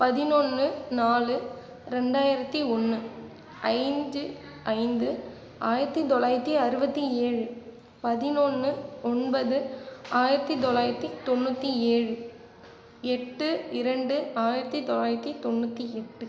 பதினொன்று நாலு ரெண்டாயிரத்தி ஒன்று ஐஞ்சு ஐந்து ஆயிரத்தி தொள்ளாயிரத்தி அறுபத்தி ஏழு பதினொன்று ஒன்பது ஆயிரத்தி தொள்ளாயிரத்தி தொண்ணூற்றி ஏழு எட்டு இரண்டு ஆயிரத்தி தொள்ளாயிரத்தி தொண்ணூற்றி எட்டு